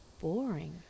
boring